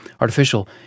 artificial